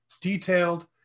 detailed